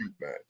match